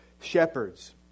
shepherds